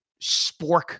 spork